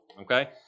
okay